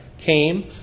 came